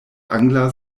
angla